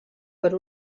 per